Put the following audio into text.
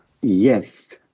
Yes